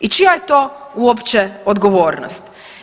I čija je to uopće odgovornost.